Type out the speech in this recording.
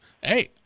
hey